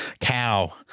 cow